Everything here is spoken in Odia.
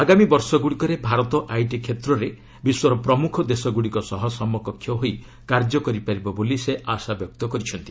ଆଗାମୀ ବର୍ଷଗୁଡ଼ିକରେ ଭାରତ ଆଇଟି କ୍ଷେତ୍ରରେ ବିଶ୍ୱର ପ୍ରମୁଖ ଦେଶଗୁଡ଼ିକ ସହ ସମକକ୍ଷ ହୋଇ କାର୍ଯ୍ୟ କରିପାରିବ ବୋଲି ସେ ଆଶାବ୍ୟକ୍ତ କରିଛନ୍ତି